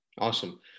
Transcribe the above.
Awesome